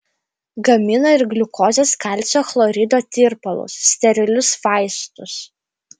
gamina ir gliukozės kalcio chlorido tirpalus sterilius vaistus